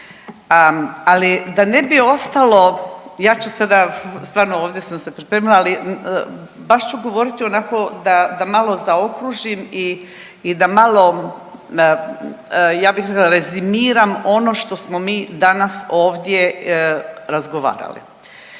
Ali da ne bi ostalo, ja ću sada stvarno ovdje sam se pripremila, ali baš ću govoriti onako da, da malo zaokružim i da malo ja bih rezimiram ono što smo mi danas ovdje razgovarali.